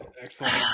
Excellent